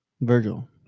Virgil